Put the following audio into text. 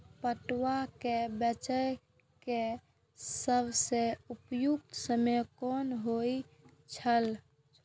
पटुआ केय बेचय केय सबसं उपयुक्त समय कोन होय छल?